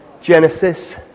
Genesis